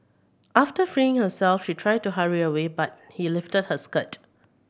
after freeing herself she tried to hurry away but he lifted her skirt